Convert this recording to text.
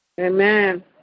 Amen